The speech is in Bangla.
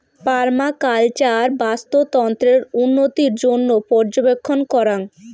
পার্মাকালচার বাস্তুতন্ত্রের উন্নতির জইন্যে পর্যবেক্ষণ করাং